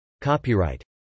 Copyright